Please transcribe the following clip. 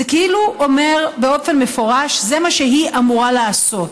זה כאילו אומר באופן מפורש שזה מה שהיא אמורה לעשות,